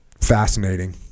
fascinating